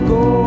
go